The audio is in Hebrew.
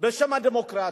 בשם הדמוקרטיה.